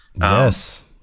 yes